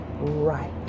right